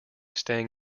staying